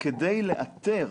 כדי לאתר